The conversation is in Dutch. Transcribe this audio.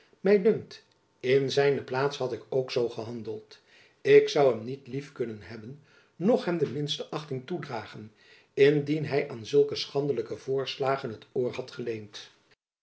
my dunkt in zijne plaats had ik ook zoo gehandeld ik zoû hem niet lief kunnen hebben noch hem de minste achjacob van lennep elizabeth musch ting toedragen indien hy aan zulke schandelijke voorslagen het oor had geleend